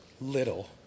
little